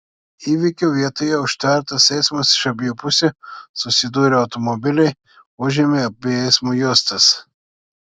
įvykio vietoje užtvertas eismas iš abiejų pusių susidūrė automobiliai užėmė abi eismo juostas